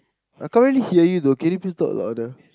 I can't really you though can you please talk louder